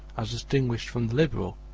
as distinguished from the liberal,